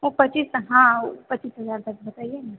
वो पचीस तो हाँ वो पचीस हजार तक बताइए न